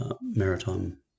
maritime